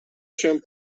się